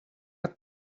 het